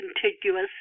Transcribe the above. contiguous